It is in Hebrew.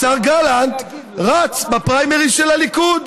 השר גלנט רץ בפריימריז של הליכוד.